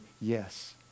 Yes